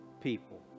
people